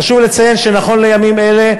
חשוב לציין שנכון לימים אלה,